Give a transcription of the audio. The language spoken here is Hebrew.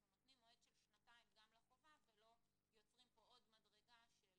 אנחנו נותנים מועד של שנתיים גם לחובה ולא יוצרים פה עוד מדרגה של